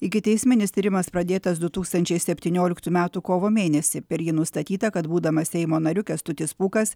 ikiteisminis tyrimas pradėtas du tūkstančiai septynioliktų metų kovo mėnesį per jį nustatyta kad būdamas seimo nariu kęstutis pūkas